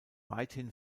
weithin